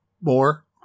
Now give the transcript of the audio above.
more